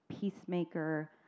peacemaker